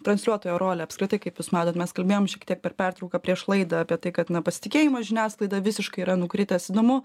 transliuotojo rolę apskritai kaip jūs matot mes kalbėjom šiek tiek per pertrauką prieš laidą apie tai kad na pasitikėjimas žiniasklaida visiškai yra nukritęs įdomu